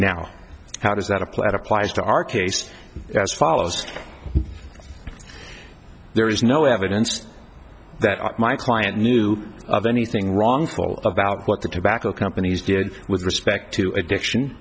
now how does that apply that applies to our case as follows there is no evidence that my client knew of anything wrongful about what the tobacco companies did with respect to addiction